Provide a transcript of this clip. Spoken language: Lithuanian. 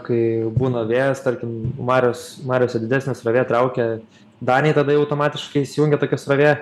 kai būna vėjas tarkim marios mariose didesnė srovė traukia danėj tada jau automatiškai įsijungia tokia srovė